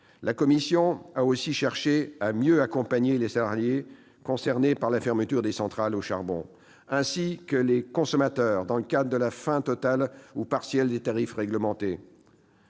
La commission a aussi cherché à mieux accompagner les salariés concernés par la fermeture des centrales à charbon, ainsi que les consommateurs dans le cadre de la fin totale ou partielle des tarifs réglementés.